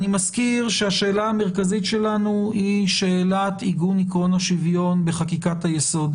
אני מזכיר ששאלתנו המרכזית היא שאלת עיגון עקרון השוויון בחקיקת היסוד.